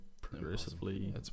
progressively